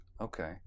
Okay